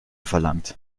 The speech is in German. verlangt